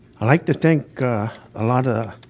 i'd like to thank a lot of